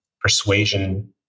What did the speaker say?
persuasion